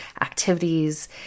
activities